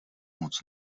moc